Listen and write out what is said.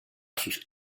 sus